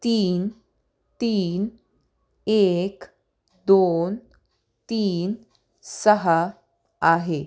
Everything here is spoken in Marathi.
तीन तीन एक दोन तीन सहा आहे